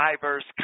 diverse